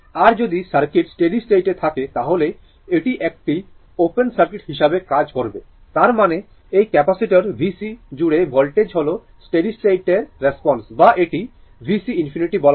আর যদি circuit steady স্টেটে থাকে তাহলে এটি একটি ওপেন সার্কিট হিসাবে কাজ করবে তার মানে এই ক্যাপাসিটার vc জুড়ে ভোল্টেজ হল স্টেডি স্টেটের রেসপন্স বা এটি vc infinity বলা হয়